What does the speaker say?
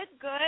good